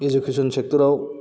education sector आव